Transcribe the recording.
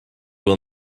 will